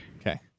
okay